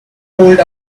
old